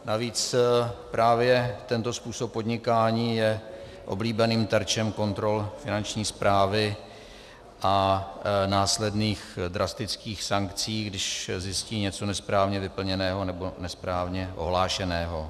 Navíc právě tento způsob podnikání je oblíbeným terčem kontrol Finanční správy a následných drastických sankcí, když zjistí něco nesprávně vyplněného nebo nesprávně ohlášeného.